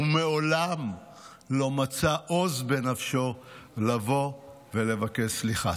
ומעולם לא מצא עוז בנפשו לבוא ולבקש סליחה.